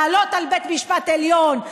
לעלות על בית משפט עליון,